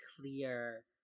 clear